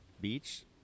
Beach